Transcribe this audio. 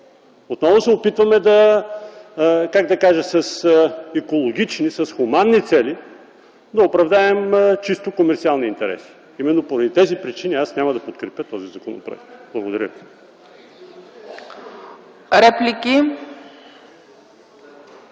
Отново се опитваме с екологични, с хуманни цели да оправдаем чисто комерсиални интереси. Именно поради тези причини аз няма да подкрепя този законопроект. Благодаря